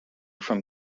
from